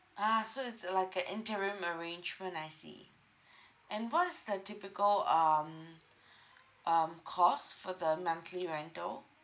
ah so it's like an interim arrangement I see and what is the typical um um cost for the monthly rental